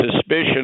suspicion